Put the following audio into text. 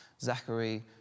Zachary